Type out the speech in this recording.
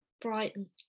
Brighton